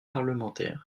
parlementaire